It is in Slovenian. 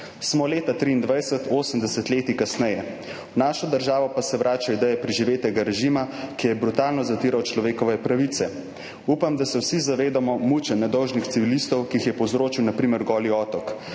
Smo leta 2023, osem desetletij kasneje, v našo državo pa se vračajo ideje preživetega režima, ki je brutalno zatiral človekove pravice. Upam, da se vsi zavedamo mučenj nedolžnih civilistov, ki jih je povzročil na primer Goli otok.